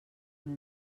una